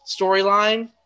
storyline